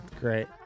Great